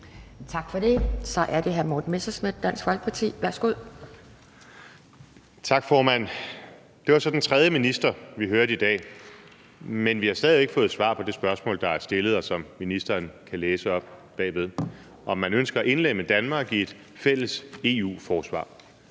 Tak for det. Så er det hr. Morten Messerschmidt, Dansk Folkeparti. Værsgo. Kl. 10:46 Morten Messerschmidt (DF): Tak, formand. Det var så den tredje minister, vi hørte i dag, men vi har stadig væk ikke fået svar på det spørgsmål, der er stillet, og som ministeren kan læse oppe bagved, nemlig om man ønsker at indlemme Danmark i et fælles EU-forsvar.